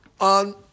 on